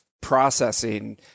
processing